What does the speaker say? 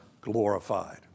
glorified